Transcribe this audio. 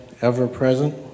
ever-present